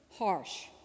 harsh